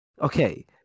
okay